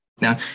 Now